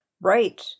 Right